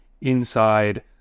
inside